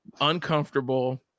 uncomfortable